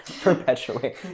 perpetually